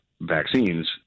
vaccines